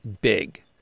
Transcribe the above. big